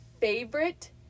favorite